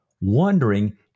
wondering